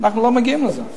אנחנו לא מגיעים לזה.